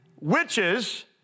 witches